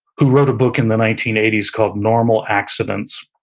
who wrote a book in the nineteen eighty s called, normal accidents.